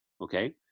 Okay